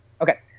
okay